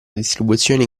distribuzioni